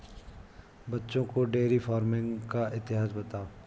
बच्चों को dairy farming का इतिहास बताओ